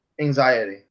anxiety